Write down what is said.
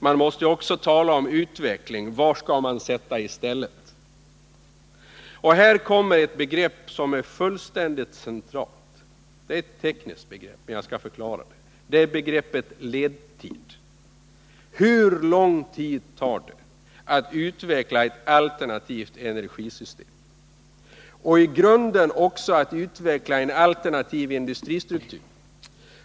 Man måste också tala om utveckling. Vad skall man sätta i stället? Här kommer ett begrepp som är fullständigt centralt. Det är ett tekniskt begrepp som jag skall försöka förklara. Det är begreppet ledtid. Hur lång tid tar det att utveckla ett alternativt energisystem och att i grunden utveckla en alternativ industristruktur?